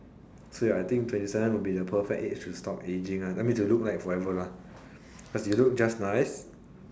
say I think twenty seven will be the perfect age to stop ageing lah that means to look forever lah cause it look just nice